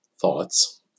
thoughts